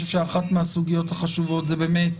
אני חושב שאחת מהסוגיות החשובות זה באמת